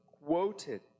quoted